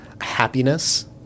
happiness